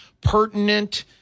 pertinent